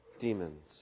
demons